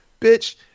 Bitch